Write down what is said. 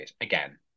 again